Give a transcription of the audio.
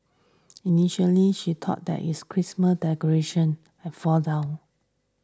initially she thought that is Christmas decoration had fallen down